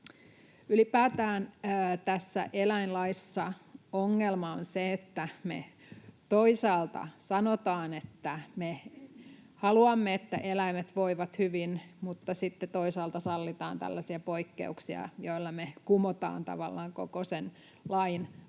Ylipäätään tässä eläinlaissa ongelma on se, että me toisaalta sanotaan, että me haluamme, että eläimet voivat hyvin, mutta sitten toisaalta sallitaan tällaisia poikkeuksia, joilla me kumotaan tavallaan koko sen lain